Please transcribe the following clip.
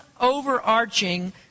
overarching